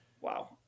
Wow